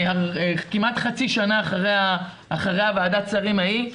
כמעט חצי שנה אחרי ועדת השרים ההיא,